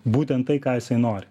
būtent tai ką jisai nori